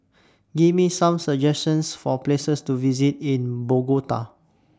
Give Me Some suggestions For Places to visit in Bogota